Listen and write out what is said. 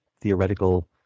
theoretical